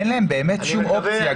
אין להם באמת שום אופציה,